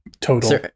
total